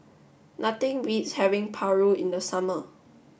nothing beats having Paru in the summer